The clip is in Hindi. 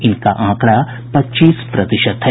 इनका आंकड़ा पच्चीस प्रतिशत है